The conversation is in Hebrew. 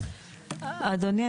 אדוני,